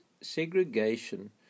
segregation